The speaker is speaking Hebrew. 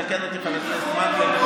מתקן אותי חבר הכנסת מקלב,